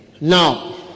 now